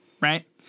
right